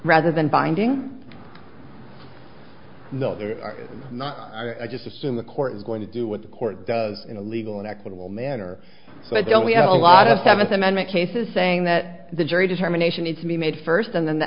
rather than binding no i just assume the court is going to do what the court does in a legal and equitable manner so i don't we have a lot of seventh amendment cases saying that the jury determination need to be made first and then the